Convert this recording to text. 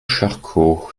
charcot